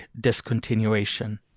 discontinuation